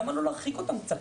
למה לא להרחיק אותם קצת?